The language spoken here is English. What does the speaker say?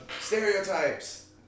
Stereotypes